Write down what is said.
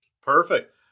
Perfect